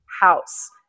house